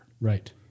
Right